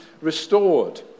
restored